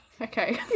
okay